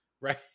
Right